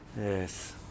Yes